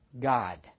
God